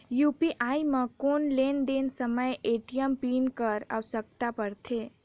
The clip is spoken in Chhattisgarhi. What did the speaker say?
यू.पी.आई म कौन लेन देन समय ए.टी.एम पिन कर आवश्यकता पड़थे?